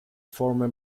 former